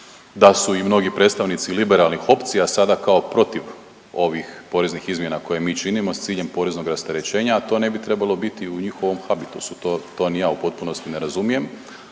da su i mnogi predstavnici liberalnih opcija sada kao protiv ovih poreznih izmjena koje mi činimo s ciljem poreznog rasterećenja, a to ne bi trebalo biti u njihovom habitusu. To ni ja u potpunosti ne razumijem.